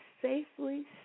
safely